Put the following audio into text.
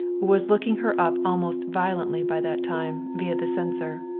was looking her up almost violently by that time, via the censor.